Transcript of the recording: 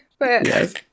Yes